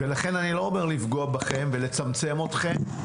לכן אני לא אומר לפגוע בכם ולצמצם אתכם.